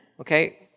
okay